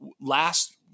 last –